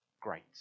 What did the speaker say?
great